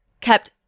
kept